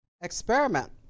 experiment